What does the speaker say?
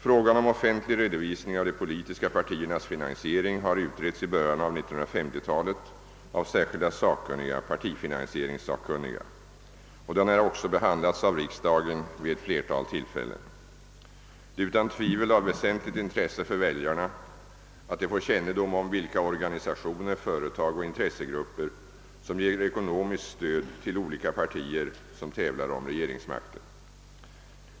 Frågan om offentlig redovisning av de politiska partiernas finansiering har utretts i början av 1950-talet av särskilda sakkunniga, partifinansieringssakkunniga, och den har också be handlats av riksdagen vid ett flertal tillfällen. Det är utan tvivel av väsentligt intresse för väljarna att de får kännedom om vilka organisationer, företag och intressegrupper som ger ekonomiskt stöd till olika partier som tävlar om regeringsmakten.